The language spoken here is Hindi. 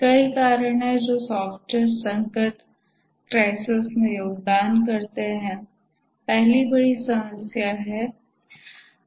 कई कारण हैं जो सॉफ़्टवेयर संकट में योगदान करते हैं पहली बड़ी समस्या है